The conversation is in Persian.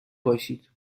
باشید